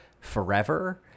forever